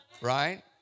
right